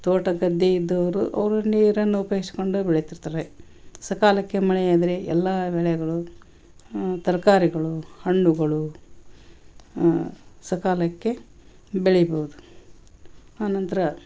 ತೋಟ ಗದ್ದೆ ಇದ್ದವರು ಅವರ ನೀರನ್ನು ಉಪಯೋಗಿಸಿಕೊಂಡು ಬೆಳೀತಿರ್ತಾರೆ ಸಕಾಲಕ್ಕೆ ಮಳೆಯಾದರೆ ಎಲ್ಲ ಬೆಳೆಗಳು ಆ ತರಕಾರಿಗಳು ಹಣ್ಣುಗಳು ಸಕಾಲಕ್ಕೆ ಬೆಳೀಬೋದು ಆನಂತರ